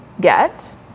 get